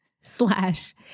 slash